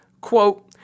quote